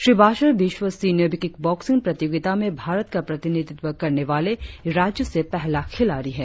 श्री बासर विश्व senior kickboxing प्रतियोगिता में भारत का प्रतिनिधित्व करने वाले राज्य से पहला खिलाड़ी है